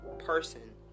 person